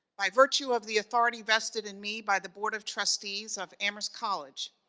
by virtue of the authority vested in me by the board of trustees of amherst college,